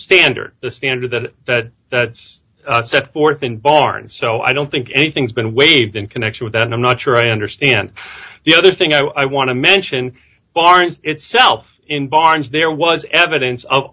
standard the standard that that's set forth in barns so i don't think anything's been waived in connection with that and i'm not sure i understand the other thing i want to mention warrants itself in barns there was evidence of